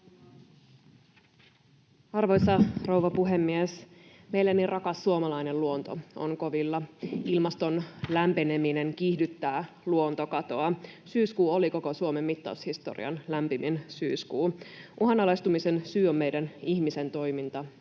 Arvoisa rouva puhemies! Meille niin rakas suomalainen luonto on kovilla. Ilmaston lämpeneminen kiihdyttää luontokatoa. Syyskuu oli koko Suomen mittaushistorian lämpimin syyskuu. Uhanalaistumisen syy on meidän ihmisten toiminta